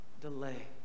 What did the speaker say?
delay